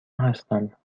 هستم